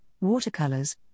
watercolors